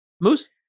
Moose